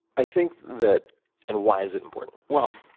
i think that and why is it important? well,